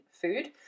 food